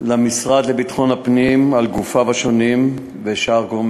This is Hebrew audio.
למשרד לביטחון פנים על גופיו השונים ולשאר גורמי